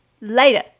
later